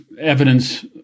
evidence